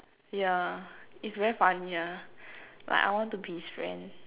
yeah it's very funny ah like I want to be his friend